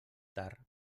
tard